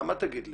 מה תגיד לי,